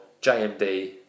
JMD